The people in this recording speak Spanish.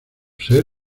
ser